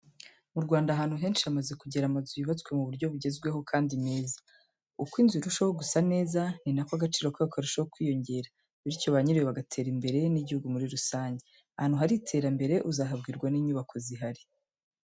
Mu Rwanda ahantu henshi hamaze kugera amazu yubatswe mu buryo bugezweho kandi meza. Uko inzu irushaho gusa neza ni ko n'agaciro kayo karushaho kwiyongera, bityo ba nyirayo bagatera imbere n'igihugu muri rusange. Ahantu hari iterambere uzahabwirwa n'inyubako zihari.